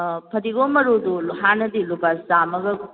ꯑꯥ ꯐꯗꯤꯒꯣꯝ ꯃꯔꯨꯗꯨ ꯍꯥꯟꯅꯗꯤ ꯂꯨꯄꯥ ꯆꯥꯝꯃꯒ